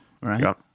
right